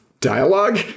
dialogue